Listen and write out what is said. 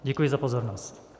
Děkuji za pozornost.